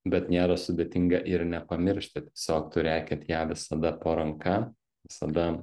bet nėra sudėtinga ir nepamiršti tiesiog turėkit ją visada po ranka visada